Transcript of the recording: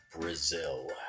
Brazil